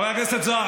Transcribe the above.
חבר הכנסת מיקי זוהר,